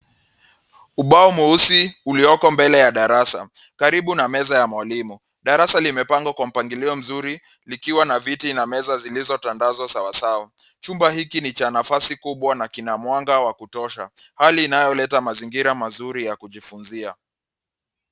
Ubao mweusi ulioko mbele ya darasa karibu na meza ya mwalimu. Darasa limepangwa kwa mpangilio mzuri likiwa na viti na meza zilizotandazwa sawasawa. Chumba hiki ni cha nafasi kubwa na kina mwanga wa kutosha, hali inayoleta mazingira mazuri ya kujifunzia.